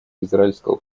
израильского